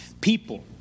People